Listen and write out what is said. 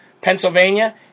Pennsylvania